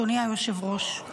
אדוני היושב-ראש.